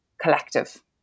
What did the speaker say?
collective